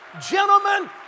Gentlemen